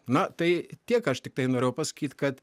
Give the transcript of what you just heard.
na tai tiek aš tiktai norėjau pasakyt kad